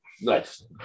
Nice